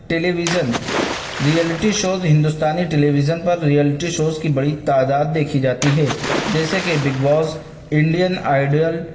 ٹیلی vision reality shows ہندوستانی television پر reality shows کی بڑی تعداد دیکھی جاتی ہے جیسے کہ بگ باس انڈین آئیڈیل